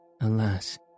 alas